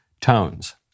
tones